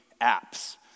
apps